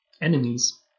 enemies